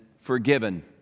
forgiven